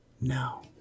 no